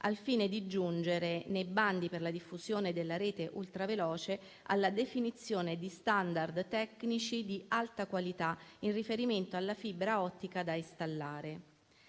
al fine di giungere, nei bandi per la diffusione della rete ultraveloce, alla definizione di *standard* tecnici di alta qualità in riferimento alla fibra ottica da installare.